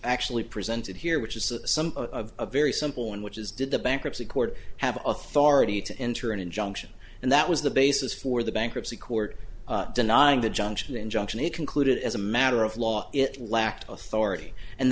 actually presented here which is some a very simple one which is did the bankruptcy court have authority to enter an injunction and that was the basis for the bankruptcy court denying the junction injunction he concluded as a matter of law it lacked authority and